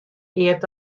eat